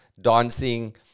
dancing